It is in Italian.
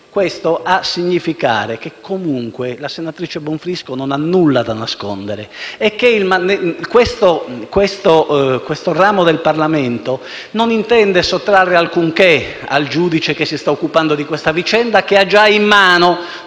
Questo a significare che comunque la senatrice Bonfrisco non ha nulla da nascondere e che questo ramo del Parlamento non intende sottrarre alcunché al giudice che si sta occupando della vicenda, che ha già in mano